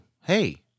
hey